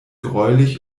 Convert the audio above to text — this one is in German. gräulich